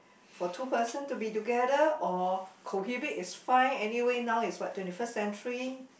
for two person to be together or cohabit is fine anyway now is what twenty first century